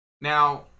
now